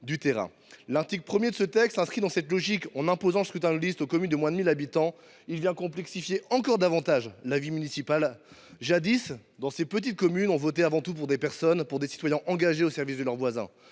du terrain. L’article 1 s’inscrit dans cette logique en imposant un scrutin de liste aux communes de moins de 1 000 habitants. Il vient complexifier encore davantage la vie municipale. Jadis, dans ces petites communes, on votait avant tout pour des personnes, pour des citoyens engagés au service de leurs voisins.